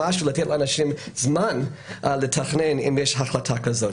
לתת לאנשים זמן לתכנן אם יש החלטה כזאת.